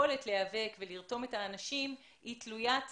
והיכולת להיאבק ולרתום את האנשים היא תלויית